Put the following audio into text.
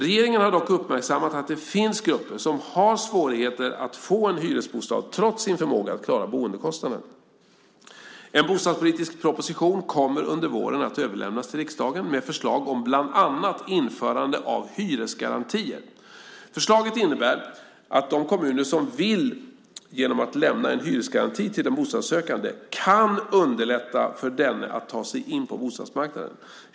Regeringen har dock uppmärksammat att det finns grupper som har svårigheter att få en hyresbostad trots sin förmåga att klara boendekostnaden. En bostadspolitisk proposition kommer under våren att överlämnas till riksdagen med förslag om bland annat införande av hyresgarantier. Förslaget innebär att de kommuner som vill genom att lämna en hyresgaranti till en bostadssökande kan underlätta för denne att ta sig in på bostadsmarknaden.